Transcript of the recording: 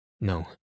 no